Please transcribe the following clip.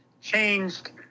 changed